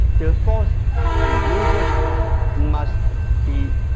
the force he uses must be